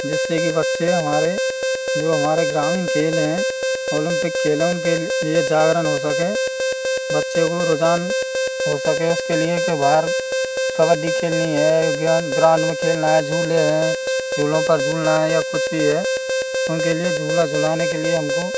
जिससे कि बच्चे हमारे जो हमारे ग्रामीण खेल हैं औलम्पिक खेलों के लिए जागरण हो सके बच्चे को रुझान हो सके उसके लिए के बाहर कबड्डी खेलनी है गेम ग्राउंड में खेलना है झूले हैं झूलों पर झूलना है या कुछ भी है उनके लिए झूला झूलाने के लिए हमको